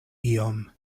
iom